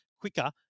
quicker